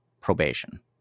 probation